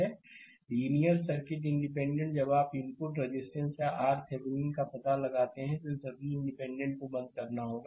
slide समय देखें 0441 linear circuit independent जब आप इनपुट रेजिस्टेंस या RThevenin का पता लगाएंगे तो इन सभी इंडिपेंडेंट को बंद करना होगा